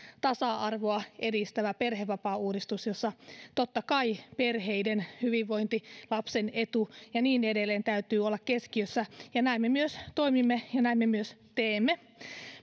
tasa arvoa edistävän perhevapaauudistuksen jossa totta kai perheiden hyvinvoinnin lapsen edun ja niin edelleen täytyy olla keskiössä ja näin me myös toimimme ja näin me myös teemme